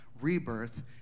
rebirth